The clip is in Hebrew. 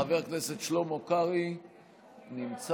חבר הכנסת שלמה קרעי נמצא,